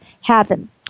happen